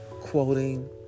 quoting